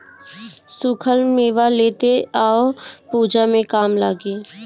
सुखल मेवा लेते आव पूजा में काम लागी